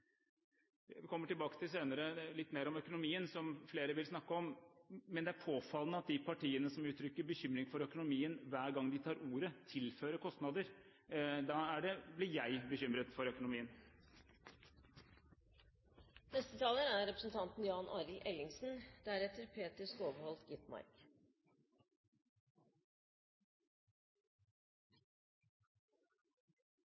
kommer tilbake til litt om økonomien, som flere vil snakke om. Men det er påfallende at de partiene som hver gang de tar ordet, uttrykker bekymring for økonomien, tilfører kostnader. Da blir jeg bekymret for